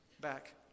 back